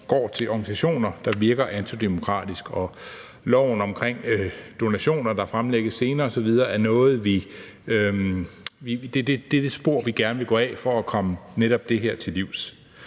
går til organisationer, der har et antidemokratisk virke, og loven om donationer, der fremlægges senere, er det spor, vi gerne vil gå nedad for at komme netop det her til livs.